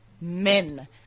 men